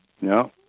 no